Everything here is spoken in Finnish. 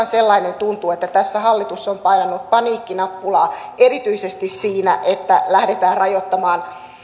sellainen tuntu että tässä hallitus on painanut paniikkinappulaa erityisesti siinä että lähdetään rajoittamaan